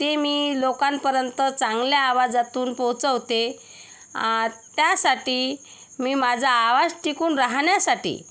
ती मी लोकांपर्यंत चांगल्या आवाजातून पोचवते त्यासाठी मी माझा आवाज टिकून राहण्यासाठी